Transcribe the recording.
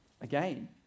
again